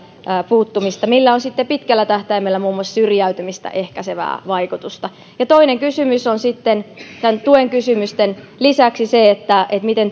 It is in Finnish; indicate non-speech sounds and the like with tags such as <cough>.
puuttumista millä on sitten pitkällä tähtäimellä muun muassa syrjäytymistä ehkäisevää vaikutusta toinen kysymys on sitten näiden tuen kysymysten lisäksi se miten <unintelligible>